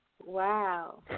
Wow